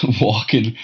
walking